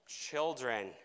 children